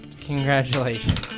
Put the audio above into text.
Congratulations